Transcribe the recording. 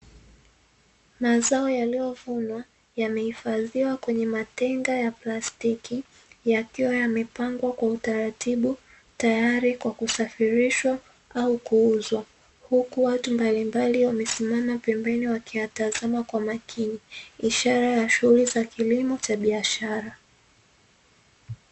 Mazao yaliyo vunwa yamehifadhiwa kwenye matenga ya plastiki yakiwa yamepangwa kwa utaratibu tayari kwa kusafirishwa au kuuzwa, huku watu mbalimbali wamesimama pembeni wakiyatazama kwa makini ishara ya shughuli ya kilimo cha biashara.